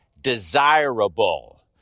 desirable